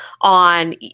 on